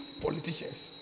politicians